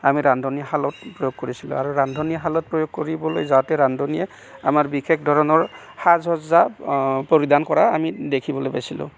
আমি ৰান্ধনীশালত প্ৰয়োগ কৰিছিলোঁ আৰু ৰান্ধনীশালত প্ৰয়োগ কৰিবলৈ যাওঁতে ৰান্ধনীয়ে আমাৰ বিশেষ ধৰনৰ সাজ সজ্জা পৰিধান কৰা আমি দেখিবলৈ পাইছিলোঁ